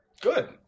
good